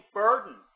burden